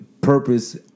Purpose